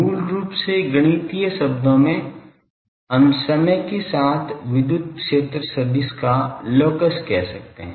मूल रूप से गणितीय शब्दों में हम समय के साथ विद्युत क्षेत्र सदिश का लॉकस कह सकते हैं